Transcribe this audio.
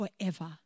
forever